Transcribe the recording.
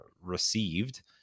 received